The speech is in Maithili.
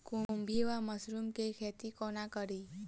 खुम्भी वा मसरू केँ खेती कोना कड़ी?